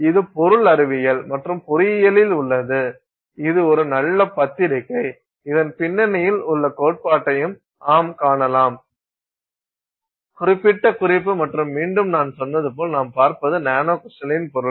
இது பொருள் அறிவியல் மற்றும் பொறியியலில் உள்ளது இது ஒரு நல்ல பத்திரிகை இதன் பின்னணியில் உள்ள கோட்பாட்டையும் ஆம் காணலாம் குறிப்பிட்ட குறிப்பு மற்றும் மீண்டும் நான் சொன்னது போல் நாம் பார்ப்பது நானோகிரிஸ்டலின் பொருள்